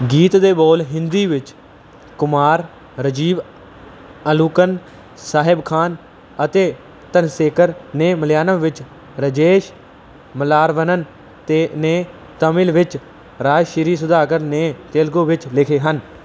ਗੀਤ ਦੇ ਬੋਲ ਹਿੰਦੀ ਵਿੱਚ ਕੁਮਾਰ ਰਾਜੀਵ ਅਲੂੰਕਲ ਸਾਹੇਬ ਖਾਨ ਅਤੇ ਧਨਸੇਕਰ ਨੇ ਮਲਿਆਲਮ ਵਿੱਚ ਰਾਜੇਸ਼ ਮਲਾਰਵਨਨ ਤੇ ਨੇ ਤਾਮਿਲ ਵਿੱਚ ਰਾਜਸ਼੍ਰੀ ਸੁਧਾਕਰ ਨੇ ਤੇਲਗੂ ਵਿੱਚ ਲਿਖੇ ਹਨ